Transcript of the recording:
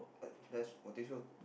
that's I think so